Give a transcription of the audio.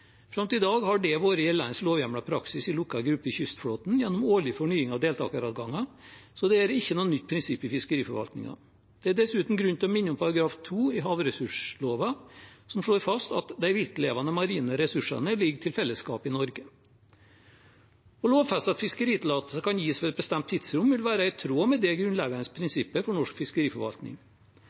Fram til i dag har det vært gjeldende lovhjemlet praksis i lukket gruppe i kystflåten gjennom årlig fornying av deltakeradganger, så det er ikke noe nytt prinsipp i fiskeriforvaltningen. Det er dessuten grunn til å minne om § 2 i havressursloven, som slår fast at de viltlevende marine ressursene ligger til fellesskapet i Norge. Å lovfeste at fiskeritillatelse kan gis ved et bestemt tidsrom, vil være i tråd med det grunnleggende prinsippet for norsk fiskeriforvaltning.